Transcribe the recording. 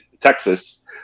Texas